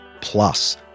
plus